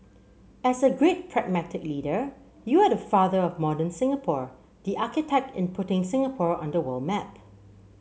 as a great pragmatic leader you are the father of modern Singapore the architect in putting Singapore on the world map